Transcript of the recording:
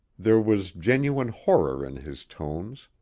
there was genuine horror in his tones.